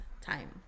Time